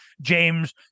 James